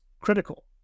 critical